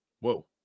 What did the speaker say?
Whoa